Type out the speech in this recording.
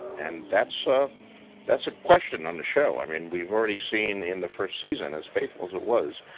and that's ah that's a question on the show. i mean, we've already seen in the first season, as faithful as it was,